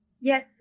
yes